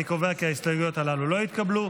אני קובע כי ההסתייגויות הללו לא התקבלו.